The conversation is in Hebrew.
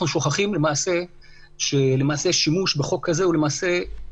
אנחנו שוכחים ששימוש בחוק הזה הוא כמו